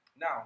now